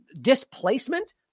displacement